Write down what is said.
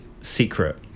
secret